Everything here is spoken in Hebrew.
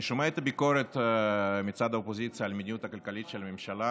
אני שומע את הביקורת מצד האופוזיציה על המדיניות הכלכלית של הממשלה,